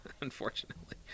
unfortunately